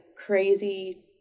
crazy